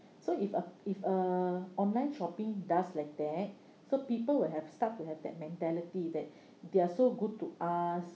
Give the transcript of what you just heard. so if a if a online shopping does like that so people will have start to have that mentality that they are so good to us